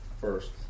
first